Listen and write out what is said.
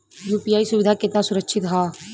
UPI सुविधा केतना सुरक्षित ह?